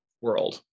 world